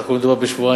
סך הכול מדובר בשבועיים.